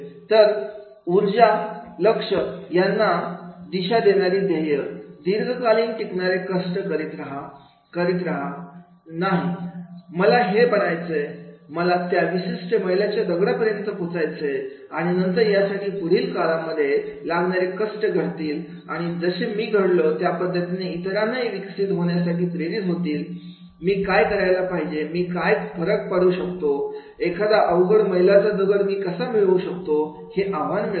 तर ऊर्जा लक्ष यांना दिशा देणारी ध्येये दीर्घकालीन टिकणारे कष्ट करीत रहा करीत रहा नाही मला हे बनायचंय मला त्या विशिष्ट मैलाच्या दगडा पर्यंत पोहोचायचं आणि नंतर यासाठी पुढील काळामध्ये लागणारे कष्ट घडतील आणि जशी मी घडलो त्या पद्धतीने इतरांनाही विकसित होण्यास प्रेरित होतील मी काय करायला पाहिजे मी काय फरक पडू शकतो एखादा अवघड मैलाचा दगड मी कसा मिळवू शकतोहे आव्हान मिळवायचे